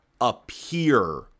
appear